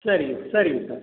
சரிங்க சரிங்க சார்